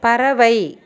பறவை